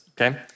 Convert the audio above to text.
okay